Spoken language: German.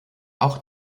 auch